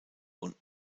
und